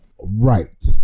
Right